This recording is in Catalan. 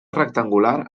rectangular